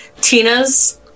tina's